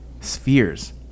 spheres